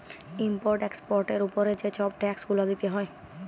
import এক্সপর্টের উপরে যে ছব ট্যাক্স গুলা দিতে হ্যয়